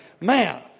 Man